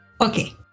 Okay